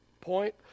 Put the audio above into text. point